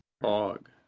Fog